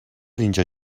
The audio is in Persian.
اینجا